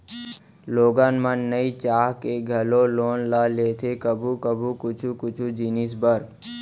लोगन मन नइ चाह के घलौ लोन ल लेथे कभू कभू कुछु कुछु जिनिस बर